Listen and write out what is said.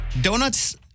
donuts